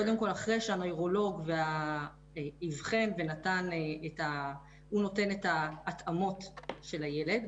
אחרי שהנוירולוג איבחן ונתן את ההתאמות של הילד,